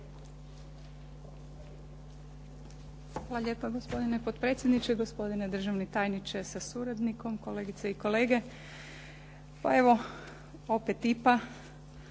Hvala lijepo gospodine potpredsjedniče, gospodine državni tajniče sa suradnikom, kolegice i kolege. Pa evo, opet IPA,